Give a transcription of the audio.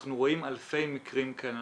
אנחנו רואים אלפי מקרים כאלה.